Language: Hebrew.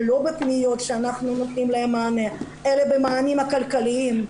לא בפניות שאנחנו נותנים להן מענה אלא במענים הכלכליים.